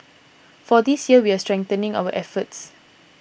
for this year we're strengthening our efforts